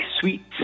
Sweet